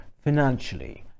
financially